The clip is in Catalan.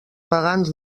pagans